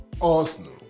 Arsenal